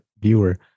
viewer